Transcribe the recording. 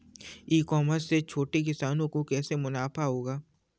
ई commerce से छोटे किसानों को कैसे मुनाफा होगा?